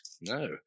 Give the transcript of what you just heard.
No